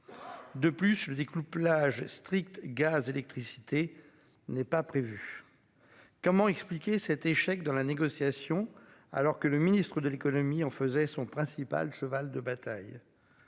De plus, le découplage strict gaz électricité. N'est pas prévu. Comment expliquer cet échec dans la négociation, alors que le ministre de l'économie en faisait son principal cheval de bataille.